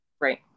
Right